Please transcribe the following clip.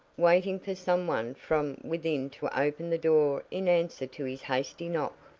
waiting for some one from within to open the door in answer to his hasty knock.